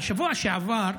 בשבוע שעבר,